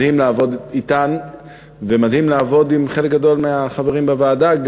מדהים לעבוד אתן ומדהים לעבוד עם חלק גדול מהחברים בוועדה.